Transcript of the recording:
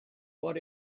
what